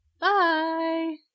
Bye